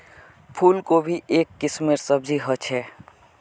फूल कोबी एक किस्मेर सब्जी ह छे